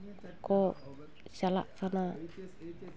ᱠᱚ ᱪᱟᱞᱟᱜ ᱠᱟᱱᱟ